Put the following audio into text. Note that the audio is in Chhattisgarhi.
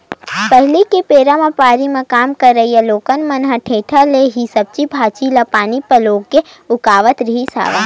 पहिली के बेरा म बाड़ी म काम करइया लोगन मन ह टेंड़ा ले ही सब्जी भांजी ल पानी पलोय के उगावत रिहिस हवय